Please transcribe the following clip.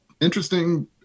interesting